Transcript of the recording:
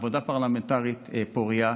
עבודה פרלמנטרית פורייה.